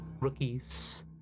rookies